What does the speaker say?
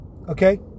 Okay